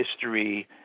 history